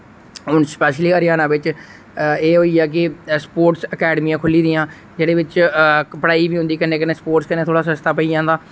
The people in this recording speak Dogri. हुन स्पैशयली हरयाणा बिच एह् होइया कि स्पोर्ट्स अकैडमियां खुल्ली दियां जेह्दे विच पढ़ाई वि होंदी कन्नै कन्नै स्पोर्ट्स कन्नै थोह्ड़ा सस्ता पेई जंदा